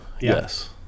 Yes